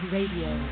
Radio